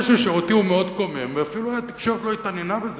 משהו שאותי מאוד קומם ואפילו התקשורת לא התעניינה בזה,